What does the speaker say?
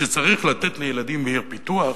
שצריך לתת לילדים מעיר פיתוח,